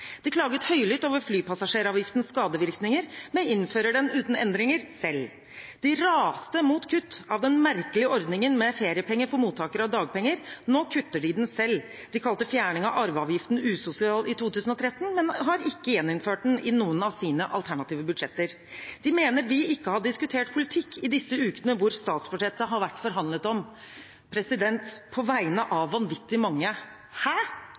De klaget høylytt over flypassasjeravgiftens skadevirkninger, men innfører den uten endringer selv. De raste mot kutt av den merkelige ordningen med feriepenger for mottakere av dagpenger, nå kutter de den selv. De kalte fjerning av arveavgiften usosial i 2013, men har ikke gjeninnført den i noen av sine alternative budsjetter. De mener vi ikke har diskutert politikk i disse ukene da statsbudsjettet har vært forhandlet om. På vegne